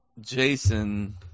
Jason-